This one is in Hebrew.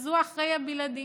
אז הוא האחראי הבלעדי.